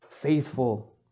Faithful